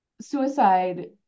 suicide